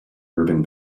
urban